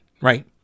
right